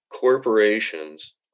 corporations